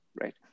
right